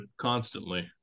constantly